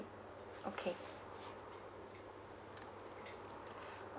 okay